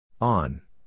On